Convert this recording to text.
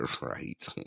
right